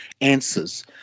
answers